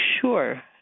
sure